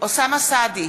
אוסאמה סעדי,